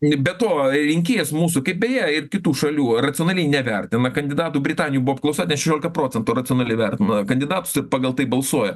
be to rinkėjas mūsų kaip beje ir kitų šalių racionaliai nevertina kandidatų britanijoj buvo apklausa net šešiolika procentų racionaliai vertina kandidatus ir pagal tai balsuoja